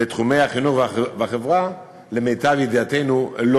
לתחומי החינוך והחברה לא נפגע.